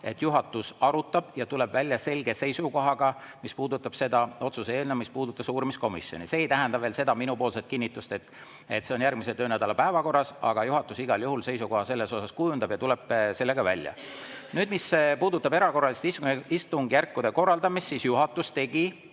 et juhatus arutab ja tuleb välja selge seisukohaga, mis puudutab seda otsuse eelnõu, mis puudutas uurimiskomisjoni. See ei tähenda veel minu kinnitust, et see on järgmise töönädala päevakorras, aga juhatus igal juhul oma seisukoha kujundab ja tuleb sellega välja. Nüüd, mis puudutab erakorraliste istungjärkude korraldamist, siis juhatus tegi